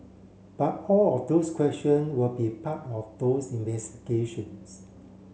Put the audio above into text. but all of those question will be part of those investigations